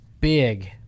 big